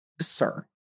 sir